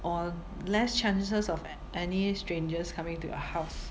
or less chances of any strangers coming to your house